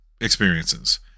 experiences